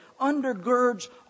undergirds